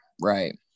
right